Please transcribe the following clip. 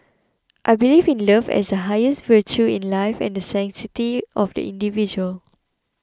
I believe in love as the highest virtue in life and the sanctity of the individual